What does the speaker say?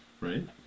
right